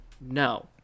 no